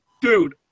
dude